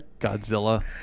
Godzilla